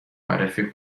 معرفی